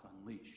unleashed